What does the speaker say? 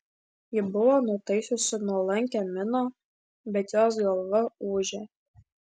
ji buvo nutaisiusi nuolankią miną bet jos galva ūžė